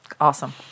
Awesome